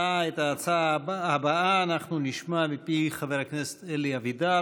את ההצעה הבאה אנחנו נשמע מפי חבר הכנסת אלי אבידר.